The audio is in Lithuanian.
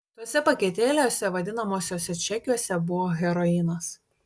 tuose paketėliuose vadinamuosiuose čekiuose buvo heroinas